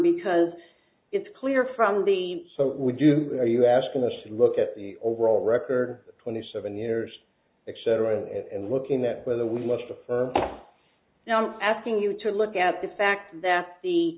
because it's clear from the so would you are you asking us to look at the overall record twenty seven years etc and looking at whether we left now i'm asking you to look at the fact that the